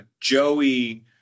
Joey